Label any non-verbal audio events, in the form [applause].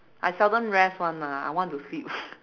I seldom rest one lah I want to sleep [laughs]